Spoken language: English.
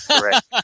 Correct